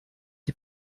die